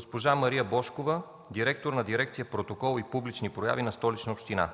госпожа Мария Божкова – директор на дирекция „Протокол и публични прояви” на Столична община.